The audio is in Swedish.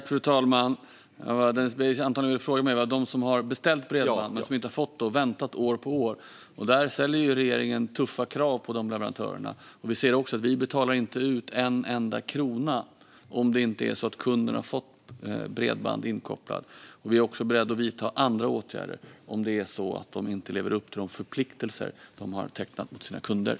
Fru talman! Det finns de som har beställt bredband men inte fått det trots åratals väntan. Regeringen ställer tuffa krav på leverantörerna och betalar inte ut en enda krona om kunden inte har fått bredband inkopplat. Vi är också beredda att vidta andra åtgärder om leverantörerna inte lever upp till sina förpliktelser gentemot kunderna.